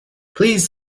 please